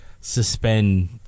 suspend